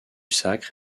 sacre